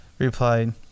Replied